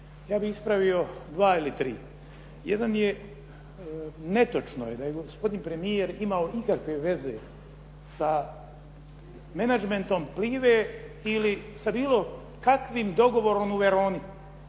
Ja bih ispravio dva ili tri. Netočno je da je gospodine premijer imao ikakve veze sa menadžmentom Plive ili sa bilo kakvim dogovorom u Veroni.